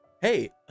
hey